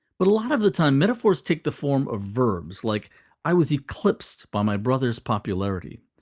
but a lot of the time, metaphors take the form of verbs, like i was eclipsed by my brother's popularity,